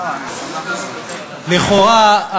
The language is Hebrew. לכאורה,